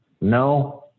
No